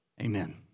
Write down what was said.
amen